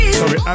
sorry